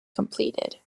completed